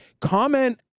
Comment